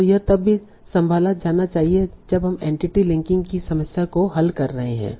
और यह तब भी संभाला जाना चाहिए जब हम एंटिटी लिंकिंग की समस्या को हल कर रहे हैं